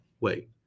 wait